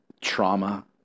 trauma